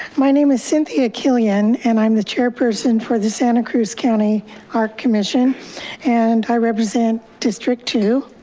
my name is cynthia killian, and i'm the chairperson for the santa cruz county art commission and i represent district two.